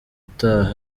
utaha